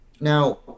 Now